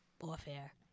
warfare